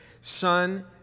son